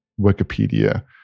Wikipedia